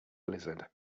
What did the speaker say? blizzard